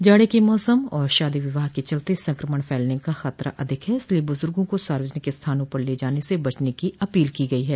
जाड़े के मौसम और शादी विवाह के चलते संक्रमण फैलने का खतरा अधिक है इसलिये बुजुर्गो को सार्वजनिक स्थाना पर ले जाने से बचने की अपील की गई है